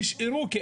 נשארו,